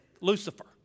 Lucifer